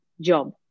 job